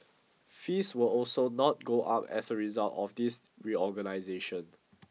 fees will also not go up as a result of this reorganization